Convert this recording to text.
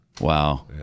Wow